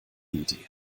idee